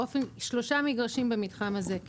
לשלושה מגרשים במתחם הזה.